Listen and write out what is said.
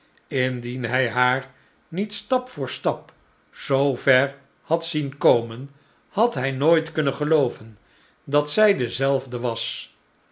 indien hij haar niet stap voor stap zoover had zien komen had hij nooit kunnen gelooven dat zij dezelfde was